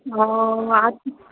होय आता